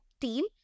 team